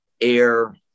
air